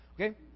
Okay